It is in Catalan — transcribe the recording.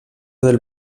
del